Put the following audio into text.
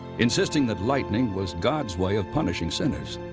insisting that lightning was god's way of punishing sinners,